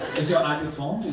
is your eye deformed?